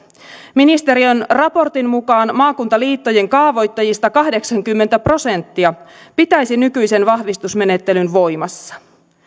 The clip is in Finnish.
ministeriön raportin mukaan maakuntaliittojen kaavoittajista kahdeksankymmentä prosenttia pitäisi nykyisen vahvistusmenettelyn voimassa